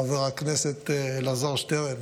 חבר הכנסת אלעזר שטרן,